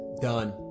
done